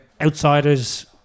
outsiders